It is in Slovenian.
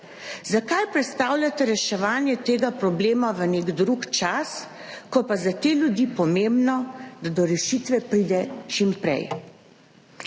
Zakaj prestavljate reševanje tega problema v nek drug čas, ko pa je za te ljudi pomembno, da do rešitve pridejo čim prej?